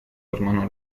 hermano